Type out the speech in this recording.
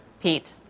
Pete